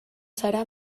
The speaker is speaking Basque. zara